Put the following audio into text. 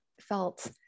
felt